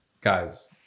guys